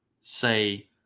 say